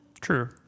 True